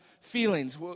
feelings